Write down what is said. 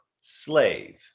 slave